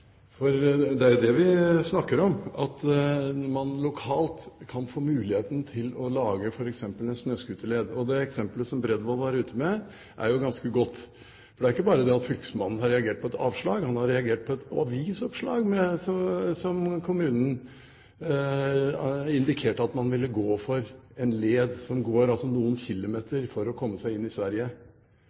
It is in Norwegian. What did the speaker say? For det er det vi snakker om – at man lokalt kan få muligheten til å lage f.eks. en snøscooterled. Det eksemplet som Bredvold var ute med, er jo ganske godt. Det er ikke bare det at fylkesmannen har reagert på et avslag. Han har reagert på et avisoppslag der kommunen indikerte at man ville gå for en led som går noen kilometer for å komme seg inn i Sverige.